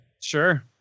Sure